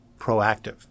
proactive